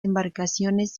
embarcaciones